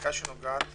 חקיקה שנוגעת